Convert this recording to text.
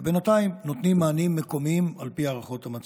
ובינתיים נותנים מענים מקומיים על פי הערכות המצב.